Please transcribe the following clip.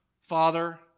father